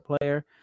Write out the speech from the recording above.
player